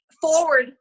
forward